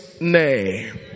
name